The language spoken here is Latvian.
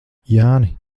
jāni